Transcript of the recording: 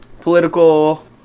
political